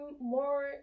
more